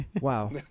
Wow